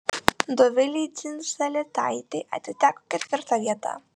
dovilei dzindzaletaitei atiteko ketvirta vieta